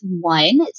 one